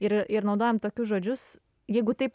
ir ir naudojam tokius žodžius jeigu taip